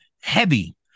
heavy